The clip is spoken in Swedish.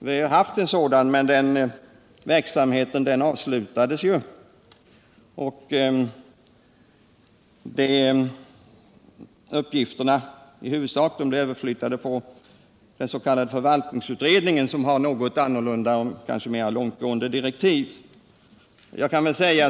Vi har haft en sådan, men den verksamheten avslutades i och med regeringsskiftet och uppgifterna blev i huvudsak överflyttade på förvaltningsutredningen, som har något annorlunda och kanske mera långtgående direktiv.